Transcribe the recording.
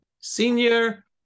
senior